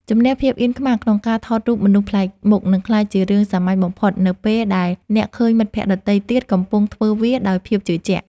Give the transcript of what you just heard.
ជម្នះភាពអៀនខ្មាសក្នុងការថតរូបមនុស្សប្លែកមុខនឹងក្លាយជារឿងសាមញ្ញបំផុតនៅពេលដែលអ្នកឃើញមិត្តភក្តិដទៃទៀតកំពុងធ្វើវាដោយភាពជឿជាក់។